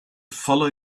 follow